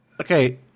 Okay